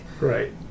Right